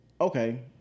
okay